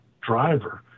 driver